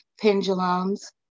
pendulums